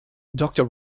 doctor